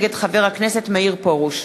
נגד חבר הכנסת מאיר פרוש.